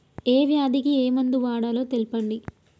ఏ వ్యాధి కి ఏ మందు వాడాలో తెల్పండి?